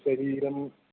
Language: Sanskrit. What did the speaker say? शरीरं